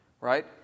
Right